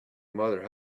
mother